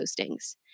postings